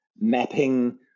mapping